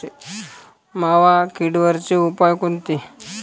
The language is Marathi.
मावा किडीवरचे उपाव कोनचे?